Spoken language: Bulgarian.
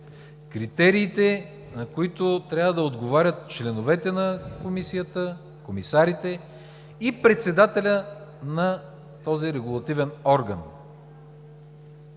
критериите, на които трябва да отговарят членовете на Комисията, комисарите и председателят на този регулативен орган.